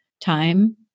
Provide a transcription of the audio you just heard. time